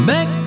Back